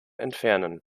entfernen